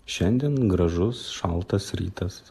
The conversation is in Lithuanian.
šiandien gražus šaltas rytas